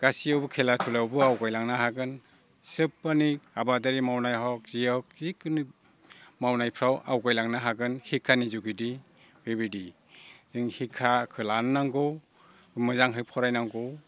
गासैयावबो खेला धुलायावबो आवगायलांनो हागोन सोब माने आबादारि मावनाय हग जि हग जिखुनु मावनायफ्राव आवगायलांनो हागोन सिक्खानि जुनैनो बेबायदि जों सिक्खाखौ लानो नांगौ मोजांहै फरायनांगौ